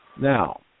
Now